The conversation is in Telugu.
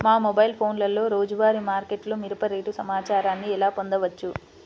మా మొబైల్ ఫోన్లలో రోజువారీ మార్కెట్లో మిరప రేటు సమాచారాన్ని ఎలా పొందవచ్చు?